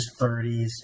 30s